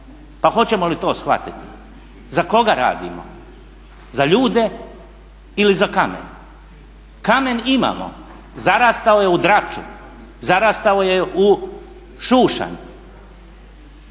Pa hoćemo li to shvatit? Za koga radimo, za ljude ili za kamen? Kamen imamo, zarastao je u draču, zarastao je u šušanj.